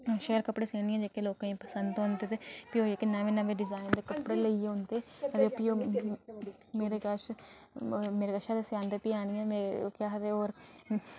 शैल कपड़े सीन्नी आं जेह्के लोकें गी पसंद औंदे ते ओह् जेह्के नमें नमें डिजाईन दे कपड़े लेइयै औंदे ते भी ओह् मेरे कश ते मेरे कशा ते सेआंदे ते हैन ते मेरे कश होर